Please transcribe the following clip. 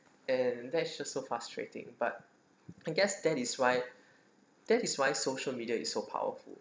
and that just so frustrating but I guess that is why that is why social media is so powerful